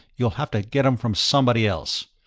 you'll have to get em from somebody else.